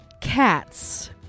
cats